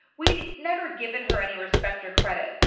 we'd never given her any respect or credit.